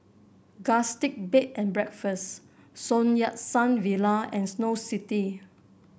Gusti Bed and Breakfast Sun Yat Sen Villa and Snow City